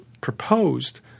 proposed